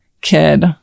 kid